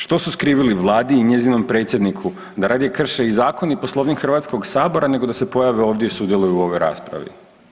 Što su skrivili Vladi i njezinom predsjedniku da radije krše i zakon i Poslovnik Hrvatskog sabora nego da se pojave ovdje i sudjeluju u ovoj raspravi?